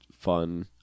fun